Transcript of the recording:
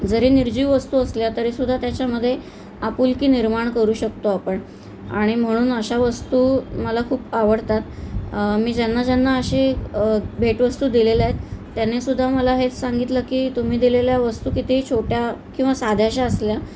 जरी निर्जीव वस्तू असल्या तरीसुद्धा त्याच्यामध्ये आपुलकी निर्माण करू शकतो आपण आणि म्हणून अशा वस्तू मला खूप आवडतात मी ज्यांना ज्यांना अशी भेटवस्तू दिलेल्या आहेत त्यांनीसुद्धा मला हेच सांगितलं की तुम्ही दिलेल्या वस्तू कितीही छोट्या किंवा साध्याशा असल्या